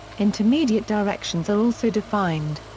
intermediate directions are also defined.